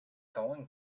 going